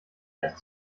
erst